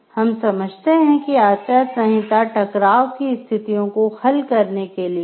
हम समझते हैं कि आचार संहिता टकराव की स्थितियों को हल करने के लिए है